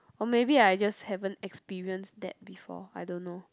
or maybe I just haven't experience that before I don't know